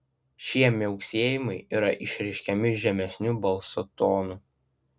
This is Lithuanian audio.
šie miauksėjimai yra išreiškiami žemesniu balso tonu